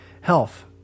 health